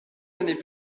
années